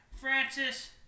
Francis